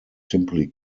simply